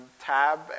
Tab